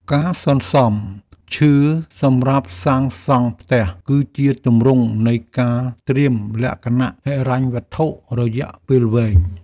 ការសន្សំឈើសម្រាប់សាងសង់ផ្ទះ គឺជាទម្រង់នៃការត្រៀមលក្ខណៈហិរញ្ញវត្ថុរយៈពេលវែង។